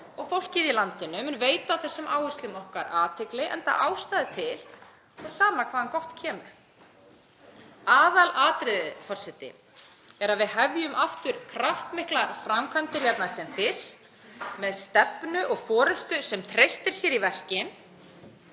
og fólkið í landinu mun veita þessum áherslum okkar athygli enda ástæða til og sama hvaðan gott kemur. Aðalatriðið, forseti, er að við hefjum aftur kraftmiklar framkvæmdir hérna sem fyrst með stefnu og forystu sem treystir sér í verkin.